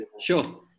Sure